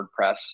WordPress